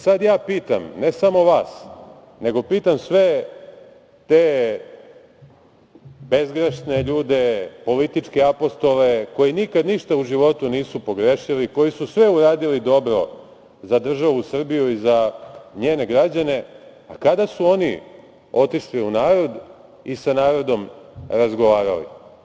Sada ja pitam, ne samo vas, nego pitam sve te bezgrešne ljude, političke apostole, koji nikad ništa u životu nisu pogrešili, koji su sve uradili dobro za državu Srbiju i z a njene građane, a kada su oni otišli u narod i sa narodom razgovarali?